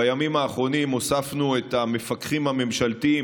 בימים האחרונים הוספנו את המפקחים הממשלתיים,